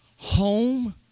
home